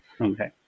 Okay